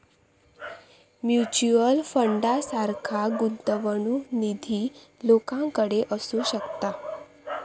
mutual फंडासारखा गुंतवणूक निधी लोकांकडे असू शकता